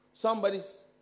Somebody's